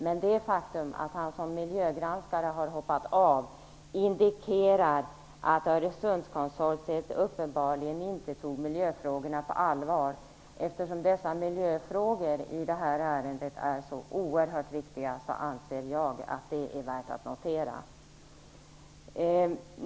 Men det faktum att han som miljögranskare har hoppat av indikerar att Öresundsbrokonsortiet uppenbarligen inte tog miljöfrågorna på allvar. Eftersom dessa miljöfrågor i detta ärende är så oerhört viktiga, anser jag att det är värt att notera.